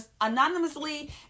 anonymously